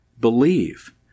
believe